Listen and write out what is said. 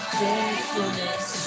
faithfulness